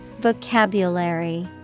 Vocabulary